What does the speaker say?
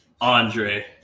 Andre